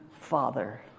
father